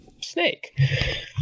snake